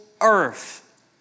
earth